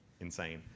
insane